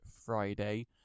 Friday